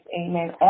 amen